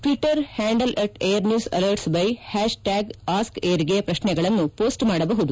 Twitter handle at air news alerts the hash tag ask air ಗೆ ಪ್ರಕ್ಷೆಗಳನ್ನು ಹೋಸ್ಟ್ ಮಾಡಬಹುದು